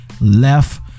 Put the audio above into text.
left